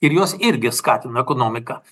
ir jos irgi skatina ekonomiką